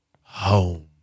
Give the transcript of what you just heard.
home